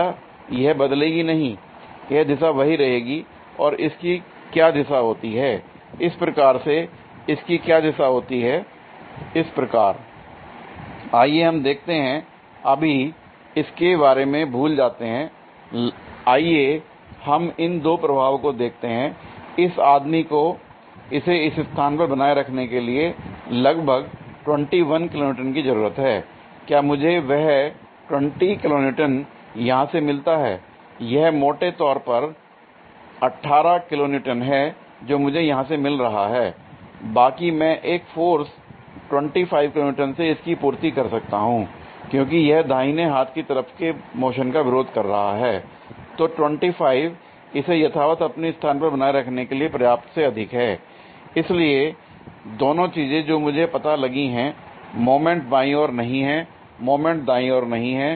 क्या यह बदलेगी नहींl यह दिशा वही रहेगी और इस की क्या दिशा होती है इस प्रकार से इसकी क्या दिशा होती है इस प्रकार l आइए हम देखते हैं अभी इसके बारे में भूल जाते हैं l आइए हम इन दो प्रभावों देखते हैं l इस आदमी को इसे इस स्थान पर बनाए रखने के लिए लगभग 21 किलो न्यूटन की जरूरत है l क्या मुझे वह 21 किलो न्यूटन यहाँ से मिलता हैयह मोटे तौर पर 18 किलोन्यूटन है जो मुझे यहां से मिल रहा हैl बाकी मैं एक फोर्स 25 किलोन्यूटन से इसकी पूर्ति कर सकता हूं क्योंकि यह दाहिने हाथ की तरफ के मोशन का विरोध कर रहा है l तो 25 इसे यथावत अपनी स्थान पर बनाए रखने के लिए पर्याप्त से अधिक हैं l इसलिए दोनों चीजें जो मुझे अब पता लगी हैं l मोमेंट बाईं ओर नहीं है मोमेंट दाईं ओर नहीं है